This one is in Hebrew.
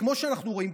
כמו שאנחנו רואים,